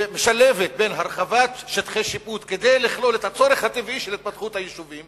שמשלבת הרחבת שטחי שיפוט כדי לכלול את הצורך הטבעי של התפתחות היישובים,